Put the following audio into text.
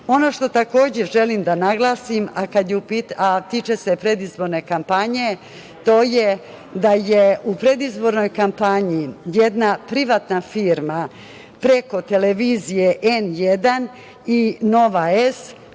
što takođe želim da naglasim, a tiče se predizborne kampanje, to je da je u predizbornoj kampanji jedna privatna firma preko televizije N1 i Nova S